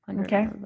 Okay